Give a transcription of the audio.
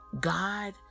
God